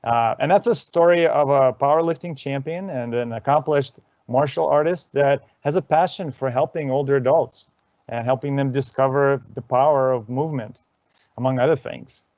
and that's a story of a powerlifting champion and an accomplished martial artist that has a passion for helping older adults and helping them discover the power of movement among other things.